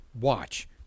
watch